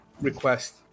request